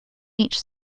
each